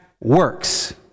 works